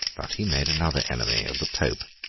but he made another enemy of the pope,